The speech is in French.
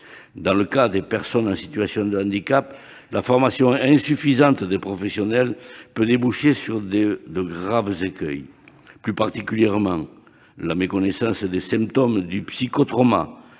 Dans le cas des personnes en situation de handicap, une formation insuffisante des professionnels peut déboucher sur de graves écueils. Plus particulièrement, la méconnaissance des symptômes du psychotrauma